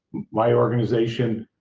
my organization.